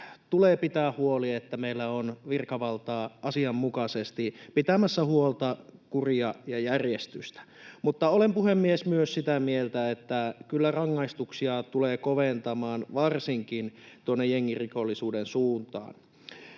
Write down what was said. tulee pitää huoli, että meillä on virkavaltaa asianmukaisesti pitämässä huolta, kuria ja järjestystä, mutta olen, puhemies, myös sitä mieltä, että kyllä rangaistuksia tulee koventaa varsinkin tuonne jengirikollisuuden suuntaan.